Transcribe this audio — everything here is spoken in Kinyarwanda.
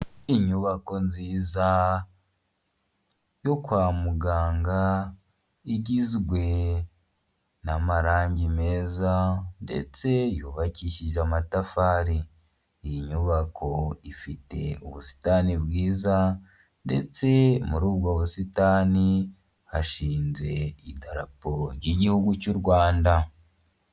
Inyubako nziza yo kwa muganga, igizwe n'amarangi meza ndetse yubakishije amatafari nyubako ifite ubusitani bwiza ndetse muri ubwo busitani hashinze idarapo ry'igihugu cy'u Rwanda.